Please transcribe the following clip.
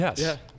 Yes